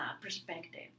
perspective